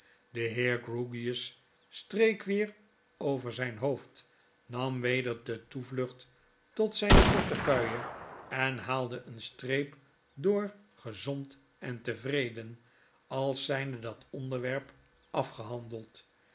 de heer grewgious streek weer over zijn hoofd nam weder de toevlucht tot zyne portefeuille en haalde een streep door gezond en tevreden als zynde dat onderwerp afgehandeld